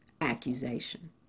accusation